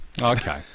Okay